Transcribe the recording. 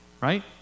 right